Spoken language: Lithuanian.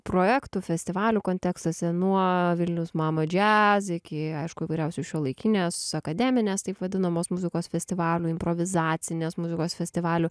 projektų festivalių kontekstuose nuo vilnius mama džiaz iki aišku įvairiausių šiuolaikinės akademinės taip vadinamos muzikos festivalių improvizacinės muzikos festivalių